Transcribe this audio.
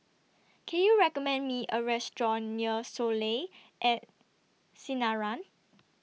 Can YOU recommend Me A Restaurant near Soleil At Sinaran